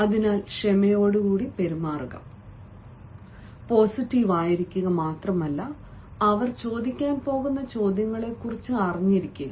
അതിനാൽ ക്ഷമയോടെ പെരുമാറുക പോസിറ്റീവായിരിക്കുക മാത്രമല്ല അവർ ചോദിക്കാൻ പോകുന്ന ചോദ്യങ്ങളെക്കുറിച്ച് അറിഞ്ഞിരിക്കുക